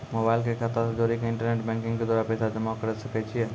Mobile के खाता से जोड़ी के इंटरनेट बैंकिंग के द्वारा पैसा जमा करे सकय छियै?